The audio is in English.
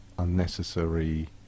unnecessary